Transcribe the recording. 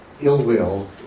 ill-will